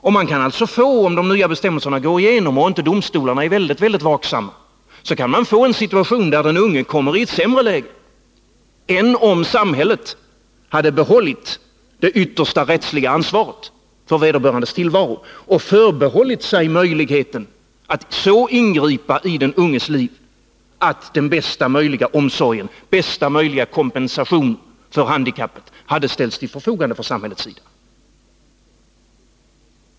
Om de nya bestämmelserna går igenom — och om inte domstolarna är väldigt vaksamma — kan man få en situation som innebär att den unge kommer i ett sämre läge än om samhället hade behållit det yttersta rättsliga ansvaret för vederbörandes tillvaro och förbehållit sig möjligheten att så ingripa i den unges liv att bästa möjliga omsorg, bästa möjliga kompensation för handikappet, hade ställts till förfogande.